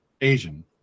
asian